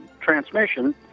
transmission